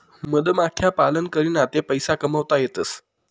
मधमाख्या पालन करीन आते पैसा कमावता येतसं